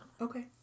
Okay